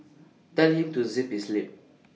tell him to zip his lip